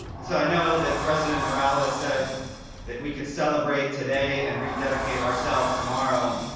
and so i know that president morales said that we could celebrate today and rededicate ourselves tomorrow,